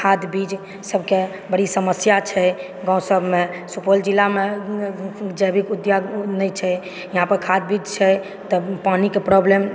खाद्य बीज सबके बड़ी समस्या छै गाँव सबमे सुपौल जिलामे जैविक उद्यान नहि छै यहाँ पर खाद्य बीज छै तब पानीके प्रॉब्लम